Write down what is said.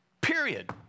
period